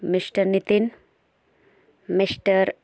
mister Nitin mister